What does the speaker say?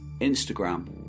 Instagram